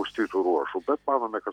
už tai tų ruožų bet manome kad